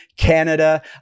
Canada